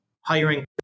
hiring